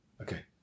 Okay